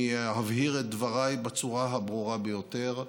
אני אבהיר את דבריי בצורה הברורה ביותר,